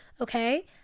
Okay